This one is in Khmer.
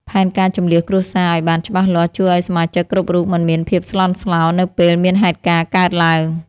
ផែនការជម្លៀសគ្រួសារឱ្យបានច្បាស់លាស់ជួយឱ្យសមាជិកគ្រប់រូបមិនមានភាពស្លន់ស្លោនៅពេលមានហេតុការណ៍កើតឡើង។